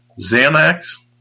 Xanax